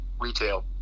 retail